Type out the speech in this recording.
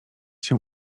się